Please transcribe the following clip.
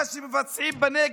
מה שמבצעים בנגב,